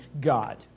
God